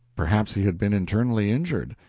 perhaps he had been internally injured.